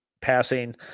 passing